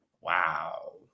Wow